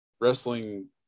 wrestling